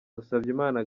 musabyimana